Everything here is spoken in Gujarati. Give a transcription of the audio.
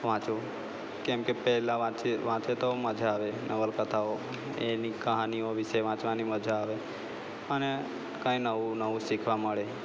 વાંચું કેમ કે પહેલાં વાંચુ વાંચે તો મઝા આવે નવલકથાઓ એની કહાનીઓ વિષે વાંચવાની મજા આવે અને કાંઈ નવું નવું શીખવા મળે